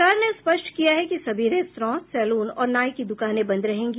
सरकार ने स्पष्ट किया है कि सभी रेस्त्रां सेलून और नाई की दुकानें बंद रहेंगी